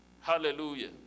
hallelujah